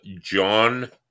John